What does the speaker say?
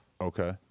Okay